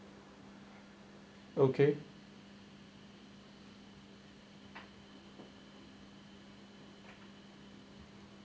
okay